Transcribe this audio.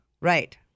Right